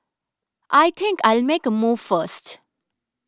I think I'll make a move first